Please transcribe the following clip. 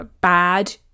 bad